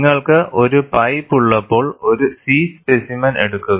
നിങ്ങൾക്ക് ഒരു പൈപ്പ് ഉള്ളപ്പോൾ ഒരു C സ്പെസിമെൻ എടുക്കുക